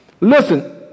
Listen